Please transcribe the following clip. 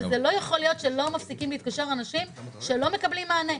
לא יכול להיות שלא מפסיקים להתקשר אנשים שלא מקבלים מענה.